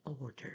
order